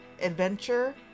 adventure